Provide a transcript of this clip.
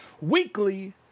weekly